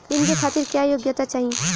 ऋण के खातिर क्या योग्यता चाहीं?